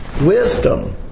wisdom